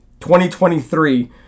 2023